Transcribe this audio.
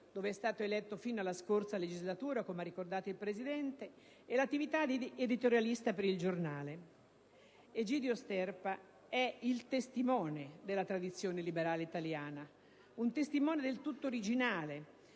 dove è stato eletto fino alla scorsa legislatura, come ha ricordato il Presidente, e l'attività di editorialista per «il Giornale». Egidio Sterpa è il testimone della tradizione liberale italiana, un testimone del tutto originale,